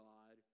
God